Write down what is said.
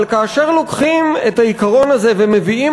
אבל כאשר לוקחים את העיקרון הזה ומביאים